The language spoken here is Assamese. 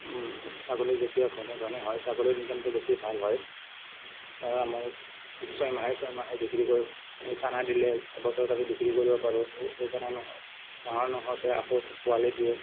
ছাগলী যেতিয়া ঘনে ঘনে হয় ছাগলীৰ ইনকমটো বেছি ভাল হয় কাৰণ আমাৰ ছয়মাহে ছয়মাহে বিক্ৰী কৰোঁ চানা দিলে এবছৰত আমি বিক্ৰী কৰিব পাৰোঁ সেই চানা ডাঙৰ নহওঁতে আকৌ পোৱালি দিয়ে